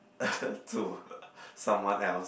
to someone else